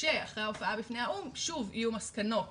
כשאחרי ההופעה בפני האו"ם שוב יהיו מסקנות